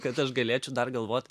kad aš galėčiau dar galvot